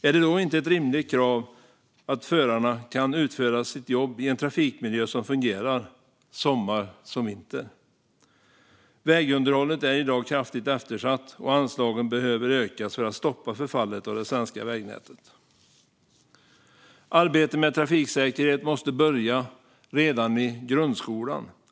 Är det då inte ett rimligt krav att föraren kan utföra sitt jobb i en trafikmiljö som fungerar, sommar som vinter? Vägunderhållet är i dag kraftigt eftersatt, och anslagen behöver ökas för att stoppa förfallet av det svenska vägnätet. Arbetet med trafiksäkerhet måste börja redan i grundskolan.